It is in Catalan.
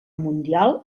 mundial